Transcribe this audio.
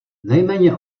nejméně